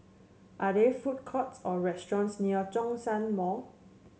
are there food courts or restaurants near Zhongshan Mall